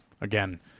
again